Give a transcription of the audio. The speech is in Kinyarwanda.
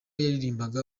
yaririmbaga